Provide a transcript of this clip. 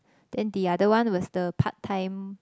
then the other one was the part time